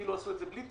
עשו את זה בלי תקציב,